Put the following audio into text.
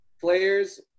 players